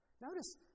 Notice